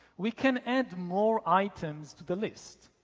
we can add more items to the list.